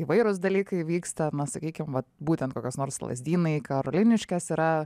įvairūs dalykai vyksta na sakykim vat būtent kokios nors lazdynai karoliniškės yra